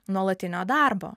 nuolatinio darbo